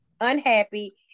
unhappy